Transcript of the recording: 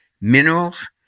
minerals